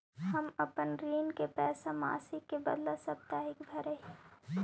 हम अपन ऋण के पैसा मासिक के बदला साप्ताहिक भरअ ही